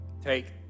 Take